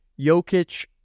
Jokic